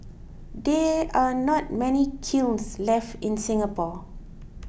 there are not many kilns left in Singapore